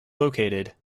located